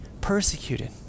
persecuted